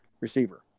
receiver